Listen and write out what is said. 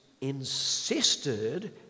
insisted